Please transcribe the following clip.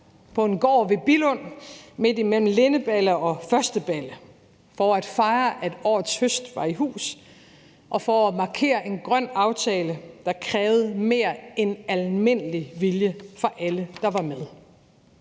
på en gård ved Billund midt imellem Lindeballe og Førstballe for at fejre, at årets høst var i hus, og for at markere en grøn aftale, der krævede mere end almindelig velvilje fra alle, der var med.